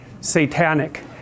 satanic